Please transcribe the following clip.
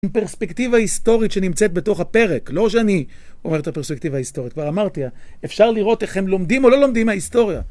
עם פרספקטיבה היסטורית שנמצאת בתוך הפרק, לא שאני אומר את הפרספקטיבה ההיסטורית. כבר אמרתי, אפשר לראות איך הם לומדים או לא לומדים מההיסטוריה.